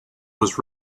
was